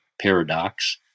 paradox